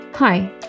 Hi